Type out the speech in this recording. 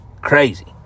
crazy